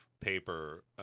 paper